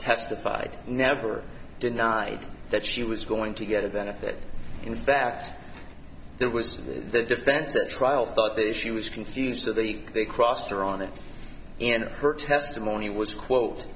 testified never denied that she was going to get a benefit in fact that was the defense at trial thought that she was confused at the cross or on it and her testimony was quote